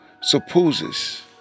supposes